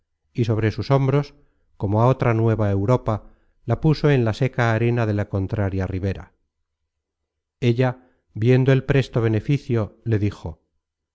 y sobre sus hombros como á otra nueva europa la puso en la seca arena de la contraria ribera ella viendo el presto beneficio le dijo